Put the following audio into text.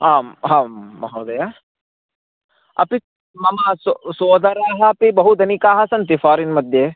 आं हां महोदयः अपि मम सो सोदराः अपि बहु धनिकाः सन्ति फ़ारिन् मध्ये